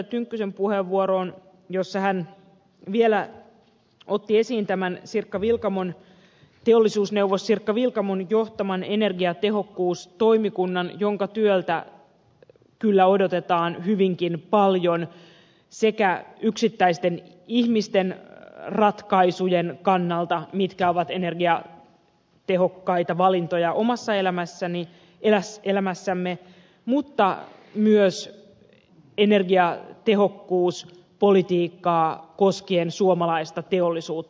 tynkkysen puheenvuoroon jossa hän vielä otti esiin tämän teollisuusneuvos sirkka vilkamon johtaman energiatehokkuustoimikunnan jonka työltä kyllä odotetaan hyvinkin paljon sekä yksittäisten ihmisten ratkaisujen kannalta mitkä ovat energiatehokkaita valintoja omassa elämässämme mutta myös energiatehokkuuspolitiikan osalta koskien suomalaista teollisuutta